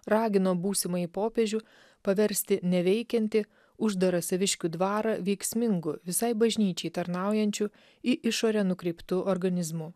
ragino būsimąjį popiežių paversti neveikiantį uždara saviškių dvarą veiksmingu visai bažnyčiai tarnaujančiu į išorę nukreiptu organizmu